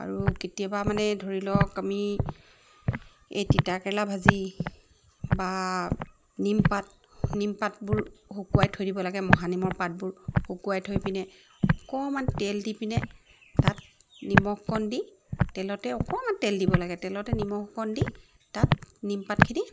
আৰু কেতিয়াবা মানে ধৰি লওক আমি এই তিতাকেৰেলা ভাজি বা নিমপাত নিমপাতবোৰ শুকুৱাই থৈ দিব লাগে মহানিমৰ পাতবোৰ শুকুৱাই থৈ পিনে অকণমান তেল দি পিনে তাত নিমখ অকণ দি তেলতে অকণমান তেল দিব লাগে তেলতে নিমখ অকণ দি তাত নিমপাতখিনি